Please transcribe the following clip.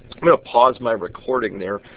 going to pause my recording there.